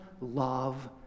love